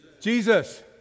Jesus